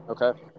Okay